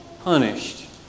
punished